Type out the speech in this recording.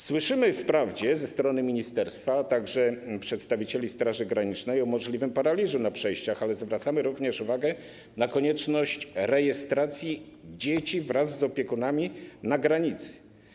Słyszymy wprawdzie ze strony ministerstwa, a także przedstawicieli Straży Granicznej o możliwym paraliżu na przejściach, ale zwracamy również uwagę na konieczność rejestracji dzieci wraz z opiekunami na granicy.